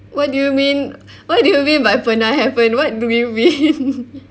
what do you mean what do you mean by pernah happen what do you mean